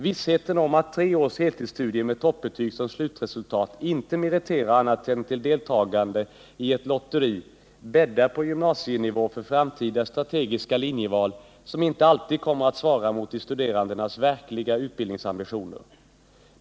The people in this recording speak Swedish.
Vissheten om att tre års heltidsstudier med toppbetyg som slutresultat inte meriterar annat än till deltagande i ett lotteri bäddar på gymnasienivå för framtida strategiska linjeval, som inte alltid kommer att svara mot de studerandes verkliga utbildningsambitioner.